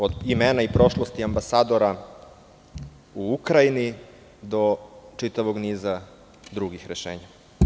Od imena i prošlosti ambasadora u Ukrajini, do čitavog niza drugih rešenja.